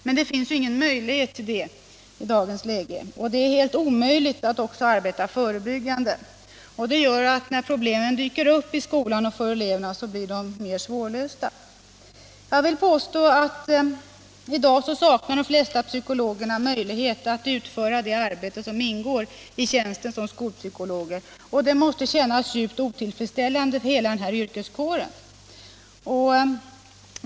Men det finns ju ingen möjlighet till det i dagens läge. Det är också omöjligt att arbeta förebyggande. Och det gör att när problemen dyker upp i skolan för eleverna blir de mer svårlösta. Jag vill påstå, herr talman, att i dag saknar de flesta psykologer möjlighet att utföra det arbete som ingår i tjänsten som skolpsykolog och det måste kännas djupt otillfredsställande för hela denna yrkeskår.